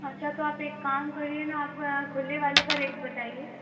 अच्छा तो आप एक काम करिए ना आप खुले वाले का रेट बताइए